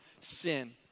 sin